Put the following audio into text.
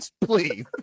Please